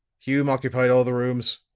hume occupied all the rooms.